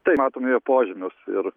tai matome jo požymius ir